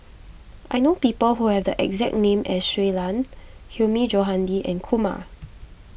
I know people who have the exact name as Shui Lan Hilmi Johandi and Kumar